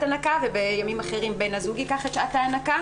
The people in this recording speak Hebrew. ההנקה ובימים אחרים בן הזוג ייקח את שעת ההנקה.